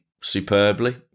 superbly